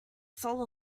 soul